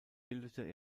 bildete